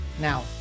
Now